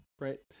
right